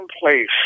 place